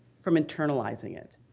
from internalizing it,